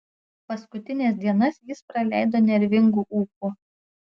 paskutines dienas jis praleido nervingu ūpu